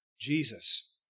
Jesus